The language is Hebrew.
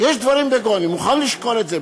יש דברים בגו, אני מוכן לשקול את זה.